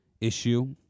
issue